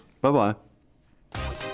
Bye-bye